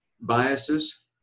biases